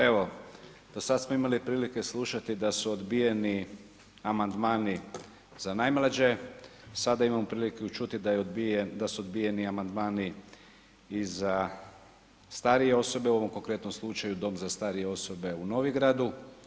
Evo, do sada smo imali prilike slušati da su odbijeni amandmani za najmlađe, sada imamo priliku čuti da su obijeni amandmani i za starije osobe u ovom konkretnom slučaju Dom za starije osobe u Novigradu.